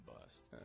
bust